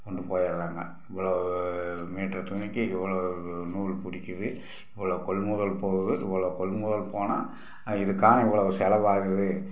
கொண்டு போயிடுறாங்க இவ்வளோவு மீட்டர் துணிக்கு இவ்வளோ நூல் பிடிக்குது இவ்வளோ கொள்முதல் போகுது இவ்வளோ கொள்முதல் போனால் இதுக்கான இவ்வளோவி செலவாகுது